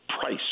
price